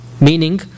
Meaning